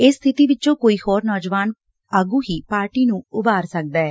ਇਸ ਸਬਿਤੀ ਵਿੱਚੋਂ ਕੋਈ ਹੋਰ ਨੌਜਵਾਨ ਆਗੁ ਹੀ ਪਾਰਟੀ ਨੁੰ ਉਭਾਰ ਸਕਦੈ